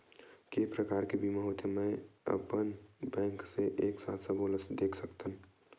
के प्रकार के बीमा होथे मै का अपन बैंक से एक साथ सबो ला देख सकथन?